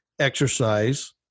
exercise